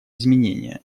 изменения